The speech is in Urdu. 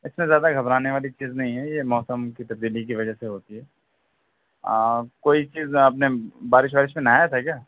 اِس میں زیادہ گھبرانے والی چیز نہیں ہے یہ موسم کی تبدیلی کی وجہ سے ہوتی ہے کوئی چیز آپ نے بارش وارش میں نہایا تھا کیا